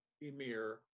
emir